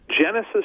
Genesis